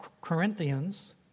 Corinthians